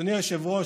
אדוני היושב-ראש,